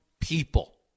people